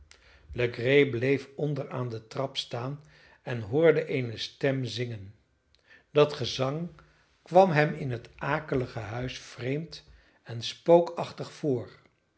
legree bleef onder aan de trap staan en hoorde eene stem zingen dat gezang kwam hem in het akelige huis vreemd en spookachtig voor